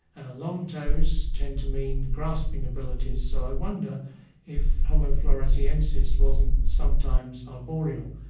ah long toes tend to mean grasping abilities, so i wonder if homo floresiensis wasn't sometimes arboreal,